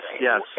Yes